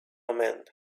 omen